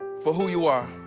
for who you are